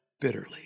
bitterly